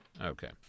Okay